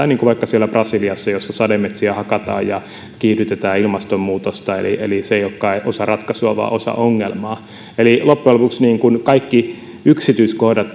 niin kuin vaikka brasiliassa jossa sademet siä hakataan ja kiihdytetään ilmastonmuutosta eli eli se ei olekaan osa ratkaisua vaan osa ongelmaa eli loppujen lopuksi kaikki yksityiskohdat